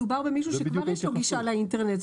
מדובר במישהו שכבר יש לו גישה לאינטרנט.